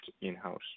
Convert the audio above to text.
in-house